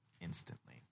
instantly